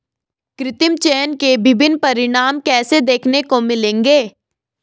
कृत्रिम चयन के विभिन्न परिणाम कैसे देखने को मिलेंगे?